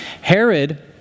Herod